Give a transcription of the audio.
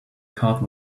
card